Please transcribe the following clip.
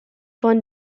von